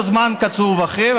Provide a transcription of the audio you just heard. או זמן קצוב אחר,